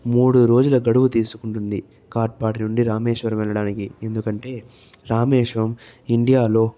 మూడు రోజులు గడువు తీసుకుంటుంది కాట్పాడి నుండి రామేశ్వరం వెళ్ళడానికి ఎందుకంటే రామేశ్వరం ఇండియాలో